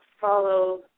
follow